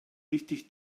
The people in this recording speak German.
richtig